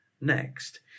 next